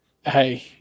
hey